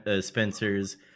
Spencer's